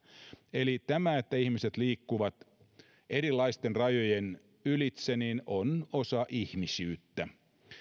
eli se että ihmiset liikkuvat erilaisten rajojen ylitse on osa ihmisyyttä